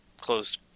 closed